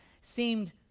seemed